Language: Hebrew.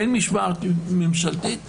אין הצעה ממשלתית?